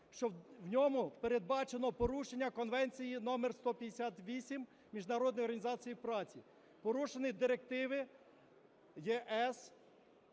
що в ньому передбачено порушення Конвенції № 158 Міжнародної організації праці, порушені директиви ЄС.